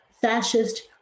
fascist